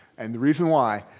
and the reason why,